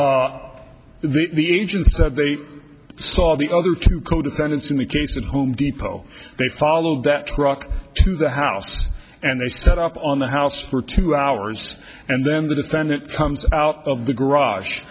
have the agents that they saw the other two co defendants in the case of home depot they followed that truck to the house and they set up on the house for two hours and then the defendant comes out of the garage